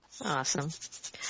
awesome